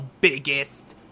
biggest